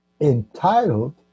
entitled